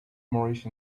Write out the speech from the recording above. moorish